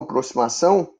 aproximação